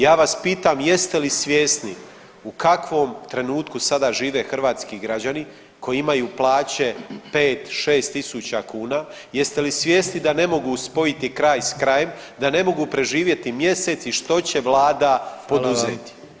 Ja vas pitam jeste li svjesni u kakvom trenutno sada žive hrvatski građani koji imaju plaće 5, 6000 kuna, jeste li svjesni da ne mogu spojiti kraj s krajem, da ne mogu preživjeti mjesec i što će Vlada poduzeti?